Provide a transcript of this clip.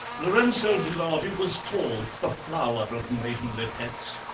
lorenzo de lardy was tall, the flower of maidenly pets,